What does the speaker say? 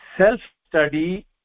Self-study